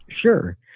Sure